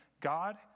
God